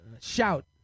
Shout